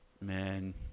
Man